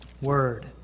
word